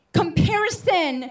comparison